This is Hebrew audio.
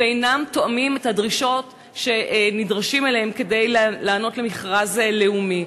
ואינם תואמים את הדרישות שנדרשים להן כדי לענות על מכרז לאומי.